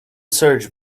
search